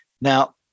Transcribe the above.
Now